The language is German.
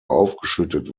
aufgeschüttet